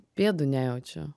pėdų nejaučiu